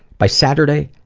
by saturday,